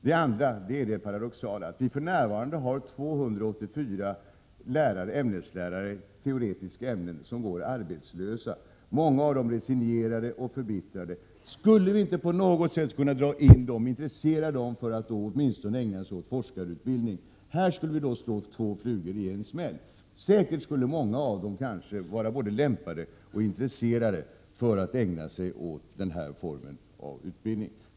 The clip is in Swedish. Den andra hänger samman med att vi paradoxalt nog för närvarande har 284 ämneslärare i teoretiska ämnen som går arbetslösa. Många av dem är resignerade och förbittrade. Skulle vi inte på något sätt kunna dra in dem och intressera dem så att de skulle kunna ägna sig åt forskarutbildning? Vi skulle då slå två flugor i en smäll. Många av lärarna skulle säkert vara både lämpade för och intresserade av att ägna sig åt denna form av utbildning.